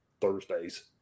Thursdays